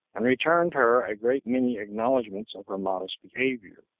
and returned her a great many acknowledgments of her modest behavior,